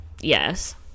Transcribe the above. yes